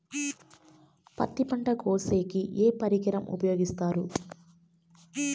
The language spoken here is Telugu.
పత్తి పంట కోసేకి ఏ పరికరం ఉపయోగిస్తారు?